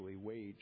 wage